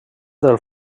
del